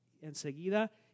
enseguida